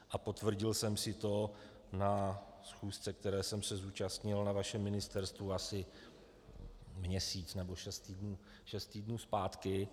A potvrdil jsem si na to na schůzce, které jsem se zúčastnil na vašem Ministerstvu asi měsíc nebo šest týdnů zpátky.